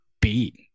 beat